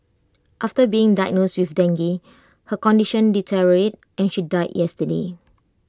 after being diagnosed with dengue her condition deteriorated and she died yesterday